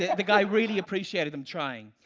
the guy really appreciated him trying.